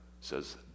says